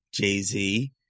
Jay-Z